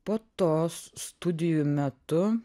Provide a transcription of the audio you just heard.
po to s studijų metu